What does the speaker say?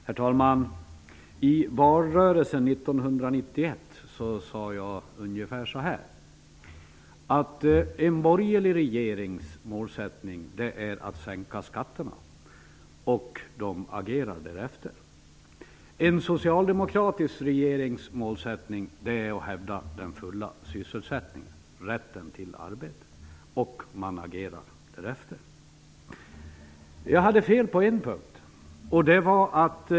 Herr talman! I valrörelsen 1991 sade jag ungefär så här: En borgerlig regerings målsättning är att sänka skatterna, och de agerar därefter. En socialdemokratisk regerings målsättning är att hävda den fulla sysselsättningen, rätten till arbete, och man agerar därefter. Jag hade fel på en punkt.